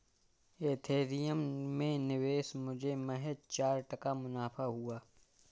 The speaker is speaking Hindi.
एथेरियम में निवेश मुझे महज चार टका मुनाफा हुआ